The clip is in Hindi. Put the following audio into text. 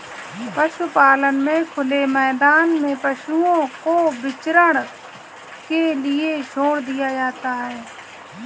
पशुपालन में खुले मैदान में पशुओं को विचरण के लिए छोड़ दिया जाता है